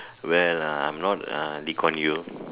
well uh I'm not uh Lee Kuan Yew